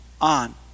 on